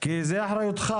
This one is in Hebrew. כי זו אחריותך,